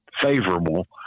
favorable